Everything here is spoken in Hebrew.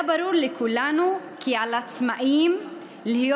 היה ברור לכולנו כי על העצמאים להיות